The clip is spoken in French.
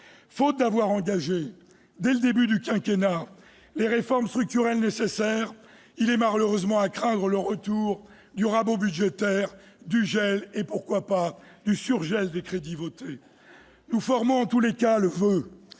Faute d'avoir engagé, dès le début du quinquennat, les réformes structurelles nécessaires, il est malheureusement à craindre le retour du rabot budgétaire et le gel ou- pourquoi pas ? -le sur-gel des crédits votés. Quoi qu'il en soit, nous formons le voeu